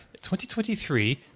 2023